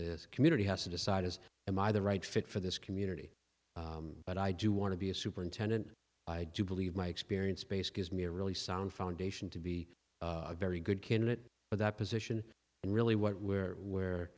the community has to decide is am i the right fit for this community but i do want to be a superintendent i do believe my experience base gives me a really sound foundation to be a very good candidate for that position and really what we're where